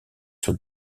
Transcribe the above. sur